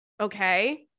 okay